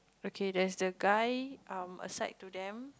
okay there's the guy um aside to them